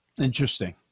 Interesting